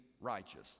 righteous